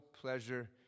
pleasure